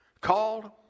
called